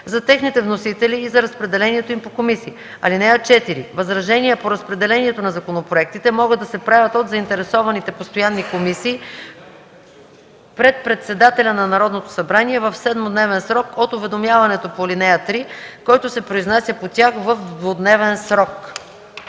за техните вносители и за разпределението им по комисии. (4) Възражения по разпределението на законопроектите могат да се правят от заинтересованите постоянни комисии пред председателя на Народното събрание в 7-дневен срок от уведомяването по ал. 3, който се произнася по тях в двудневен срок.”